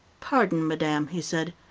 pardon, madame, he said,